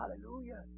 Hallelujah